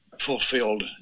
fulfilled